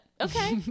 Okay